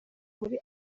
muri